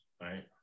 right